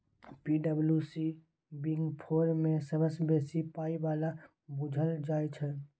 पी.डब्ल्यू.सी big four मे सबसँ बेसी पाइ बला बुझल जाइ छै